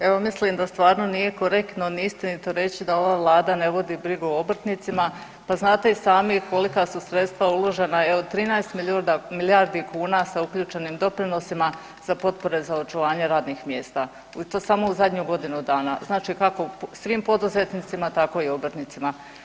Evo mislim da stvarno nije korektno ni istinito reći da ova Vlada ne vodi brigu o obrtnicima, pa znate i sami kolika su sredstva uložena od 13 milijardi kuna sa uključenim doprinosima za potpore za očuvanje radnih mjesta i to samo u zadnjih godinu dana, znači kako svim poduzetnicima tako i obrtnicima.